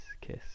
kiss